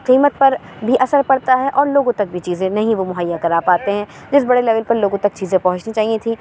قیمت پر بھی اثر پڑتا ہے اور لوگوں تک بھی چیزیں نہیں وہ مہیّا کرا پاتے ہیں جس بڑے لیول پر لوگوں تک چیزیں پہنچنی چاہیے تھیں